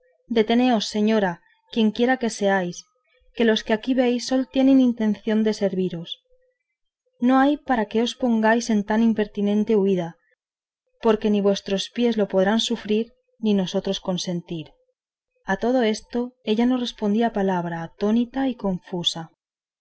deteneos señora quienquiera que seáis que los que aquí veis sólo tienen intención de serviros no hay para qué os pongáis en tan impertinente huida porque ni vuestros pies lo podrán sufrir ni nosotros consentir a todo esto ella no respondía palabra atónita y confusa